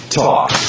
talk